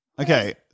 Okay